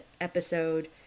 episode